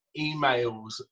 emails